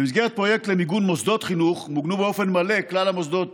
במסגרת פרויקט למיגון מוסדות חינוך מוגנו באופן מלא כלל המוסדות